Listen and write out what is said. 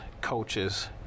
coaches